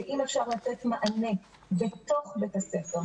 ואם אפשר לתת מענה בתוך בית הספר,